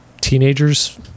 teenagers